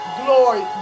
glory